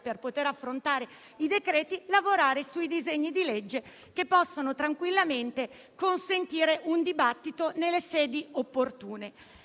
per poter affrontare i decreti, si tratta di lavorare sui disegni di legge che possono tranquillamente consentire un dibattito nelle sedi opportune.